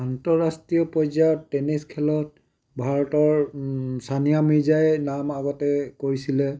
আন্তঃৰাষ্ট্ৰীয় পৰ্য্য়ায়ত টেনিছ খেলত ভাৰতৰ ছানিয়া মিৰ্জাই নাম আগতে কৰিছিলে